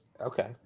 Okay